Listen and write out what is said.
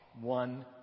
one